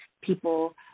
people